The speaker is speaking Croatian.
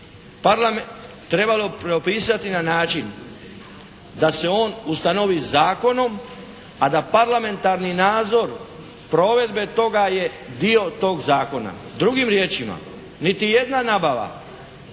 trebalo propisati na način da se on ustanovi zakonom, a da parlamentarni nadzor provedbe toga je dio tog zakona. Drugim riječima niti jedna nabava,